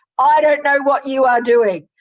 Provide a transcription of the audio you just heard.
ah don't know what you are doing.